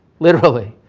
literally.